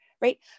right